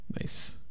Nice